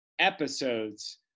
episodes